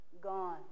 gone